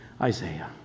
Isaiah